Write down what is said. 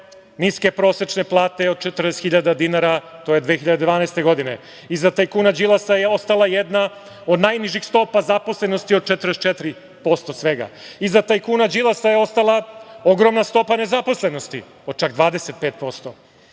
niske prosečne plate od 40.000, to je 2012. godine. Iza tajkuna Đilasa je ostala jedna od najnižih stopa zaposlenosti od 44% svega. Iza tajkuna Đilasa je ostala ogromna stopa nezaposlenosti od čak 25%.